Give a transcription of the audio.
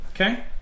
okay